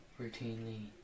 routinely